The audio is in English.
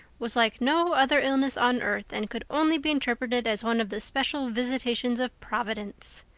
was like no other illness on earth and could only be interpreted as one of the special visitations of providence.